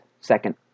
second